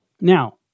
Now